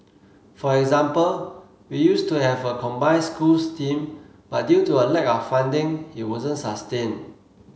for example we used to have a combined schools team but due to a lack of funding it wasn't sustained